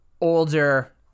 older